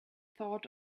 thought